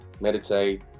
meditate